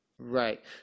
Right